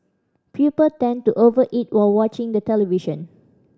people tend to over eat while watching the television